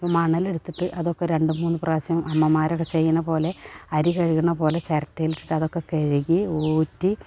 മണലെടുത്തിട്ട് അതൊക്കെച്ഇരണ്ട് മൂന്ന് പ്രാവശ്യം അമ്മമാരൊക്കെ ചെയ്യുന്ന പോലെ അരി കഴുകണ പോലെ ചിരട്ടയിലിട്ടിട്ട് അതൊക്കെ കഴുകി ഊറ്റി